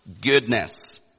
goodness